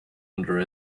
under